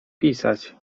pisiać